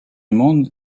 monde